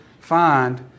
find